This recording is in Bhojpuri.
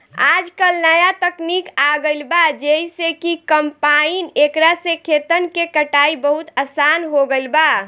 आजकल न्या तकनीक आ गईल बा जेइसे कि कंपाइन एकरा से खेतन के कटाई बहुत आसान हो गईल बा